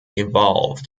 evolved